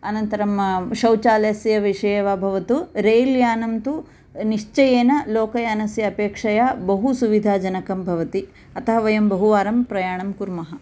अनन्तरं शौचालयस्य विषये वा भवतु रेल्यानं तु निश्चयेन लोकयानस्य अपेक्षया बहु सुविधा जनकं भवति अतः वयं बहुवारं प्रयाणं कुर्मः